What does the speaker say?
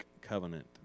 covenant